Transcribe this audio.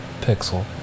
Pixel